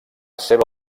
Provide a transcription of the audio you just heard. seva